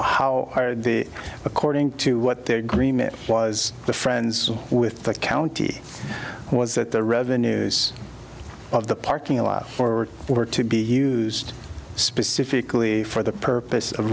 how the according to what they're green it was the friends with the county was that the revenues of the parking lot or were to be used specifically for the purpose of